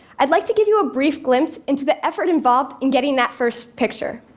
i'd like to give you a brief glimpse into the effort involved in getting that first picture.